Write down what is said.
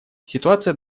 ситуация